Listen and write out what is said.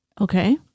Okay